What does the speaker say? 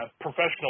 professional